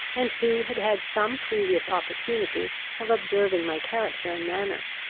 and who had had some previous opportunity of observing my character and manners.